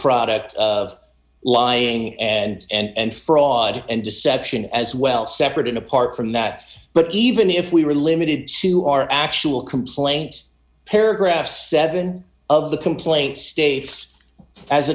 product of lying and fraud and deception as well separate and apart from that but even if we were limited to our actual complaints paragraph seven of the complaint states as